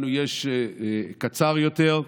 לנו יש קצר יותר.